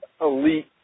elite